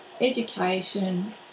education